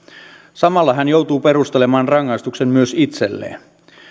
samalla hän joutuu perustelemaan rangaistuksen myös itselleen